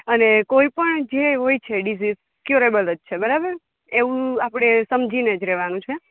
અને કોઈ પણ જે હોય છે ડિસિસ કયુરોબલ જ છે બરાબર એવુ આપડે સમજીને જ રેવાનું છે